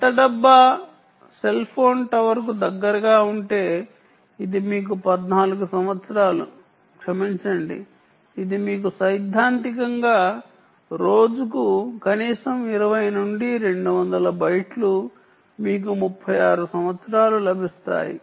చెత్త డబ్బా cell phone టవర్కు ఎడ్జ్ కన్నా దగ్గరగా ఉంటే ఇది మీకు 14 సంవత్సరాలు క్షమించండి ఇది మీకు సైద్ధాంతికంగా రోజుకు కనీసం 20 నుండి 200 బైట్లు మీకు 36 సంవత్సరాలు లభిస్తాయి